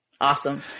Awesome